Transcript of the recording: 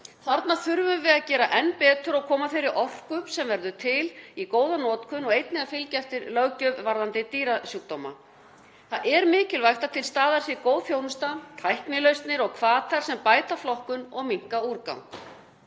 Þarna þurfum við að gera enn betur og koma þeirri orku sem verður til í góða notkun og einnig að fylgja eftir löggjöf varðandi dýrasjúkdóma. Það er mikilvægt að til staðar sé góð þjónusta, tæknilausnir og hvatar sem bæta flokkun og minnka úrgang.